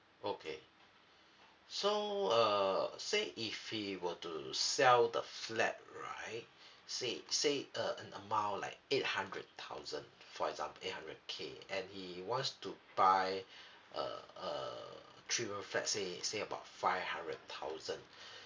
okay so uh say if he were to sell the flat right say say uh an amount like eight hundred thousand for example eight hundred K and he wants to buy a a triple flat say say about five hundred thousand